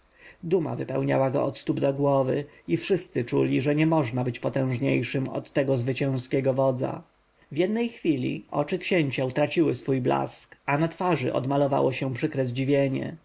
duma wypełniała go od stóp do głów i wszyscy czuli że nie można być potężniejszym nad tego zwycięskiego wodza w jednej chwili oczy księcia utraciły swój blask a na twarzy odmalowało się przykre zdziwienie